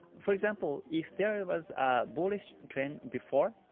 for example, if there was bullish trend before,